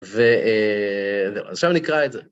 ועכשיו נקרא את זה